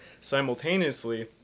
Simultaneously